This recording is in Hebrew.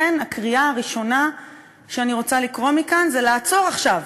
לכן הקריאה הראשונה שאני רוצה לקרוא מכאן זה לעצור עכשיו.